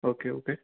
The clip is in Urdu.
okay okay